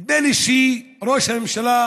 נדמה לי שראש הממשלה